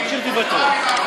תמשיך דברי תורה.